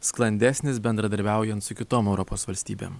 sklandesnis bendradarbiaujant su kitom europos valstybėm